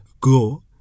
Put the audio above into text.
Go